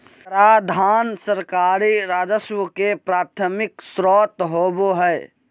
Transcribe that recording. कराधान सरकारी राजस्व के प्राथमिक स्रोत होबो हइ